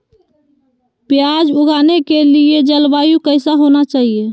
प्याज उगाने के लिए जलवायु कैसा होना चाहिए?